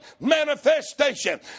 manifestation